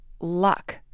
luck